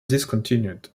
discontinued